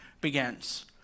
begins